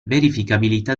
verificabilità